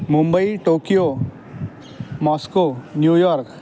Mumbai Tokyo Moscow New York